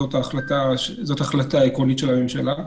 זאת החלטה עקרונית של הממשלה.